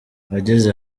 ageze